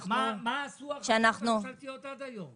מה עשו החברות הממשלתיות עד היום?